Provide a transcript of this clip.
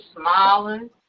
smiling